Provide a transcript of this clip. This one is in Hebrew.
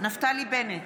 נפתלי בנט,